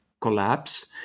collapse